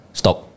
stop